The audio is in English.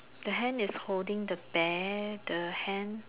the hand is holding the bear the hand